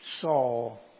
Saul